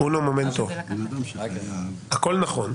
הכול נכון,